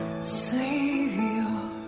Savior